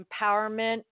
empowerment